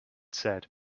said